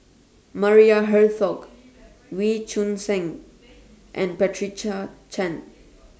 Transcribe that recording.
Maria Hertogh Wee Choon Seng and Patricia Chan